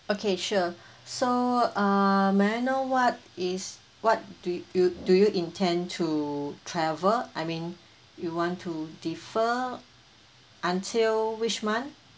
okay sure so uh may I know what is what do you do you intend to travel I mean you want to defer until which month